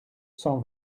cent